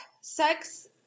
sex